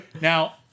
now